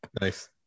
nice